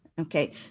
Okay